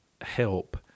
help